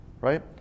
right